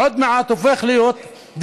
עוד מעט הוא הופך להיות דיקטטור,